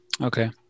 Okay